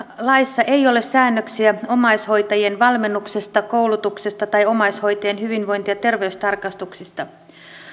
laissa ei ole säännöksiä omaishoitajien valmennuksesta koulutuksesta tai omaishoitajien hyvinvointi ja terveystarkastuksista